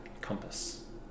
compass